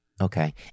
Okay